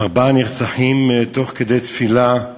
ארבעה נרצחים תוך כדי תפילה,